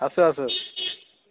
আছে আছে